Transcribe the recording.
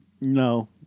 No